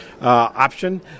option